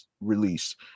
release